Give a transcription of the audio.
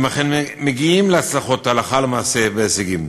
והם אכן מגיעים להצלחות הלכה למעשה, הישגים